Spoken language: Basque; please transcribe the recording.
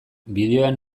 bideoan